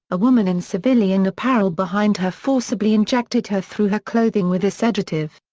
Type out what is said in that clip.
a woman in civilian apparel behind her forcibly injected her through her clothing with a sedative.